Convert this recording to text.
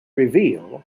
reveal